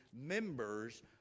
members